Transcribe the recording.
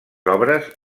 obres